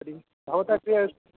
भवतः गृहे